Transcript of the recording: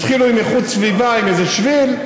התחילו עם איכות סביבה עם איזה שביל,